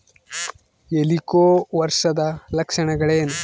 ಹೆಲಿಕೋವರ್ಪದ ಲಕ್ಷಣಗಳೇನು?